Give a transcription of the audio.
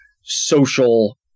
social